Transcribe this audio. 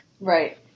Right